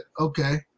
okay